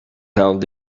held